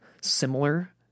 similar